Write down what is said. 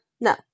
No